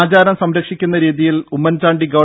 ആചാരം സംരക്ഷിക്കുന്ന രീതിയിൽ ഉമ്മൻചാണ്ടി ഗവ